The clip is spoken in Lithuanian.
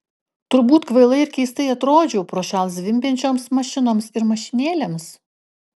turbūt kvailai ir keistai atrodžiau prošal zvimbiančioms mašinoms ir mašinėlėms